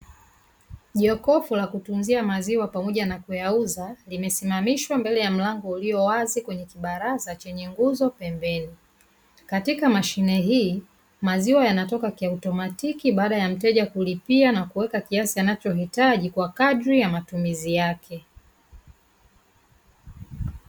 Jokofu la kutunzia maziwa pamoja na kuyauza, limesimamishwa mbele ya mlango ulio wazi kwemye kibaraza chenye nguzo pembeni. Katika mashine hii, maziwa yanatoka kiautomatiki baada ya mteja kulipia na kuweka kiasi anachohitaji kwa kadri ya matumizi yake.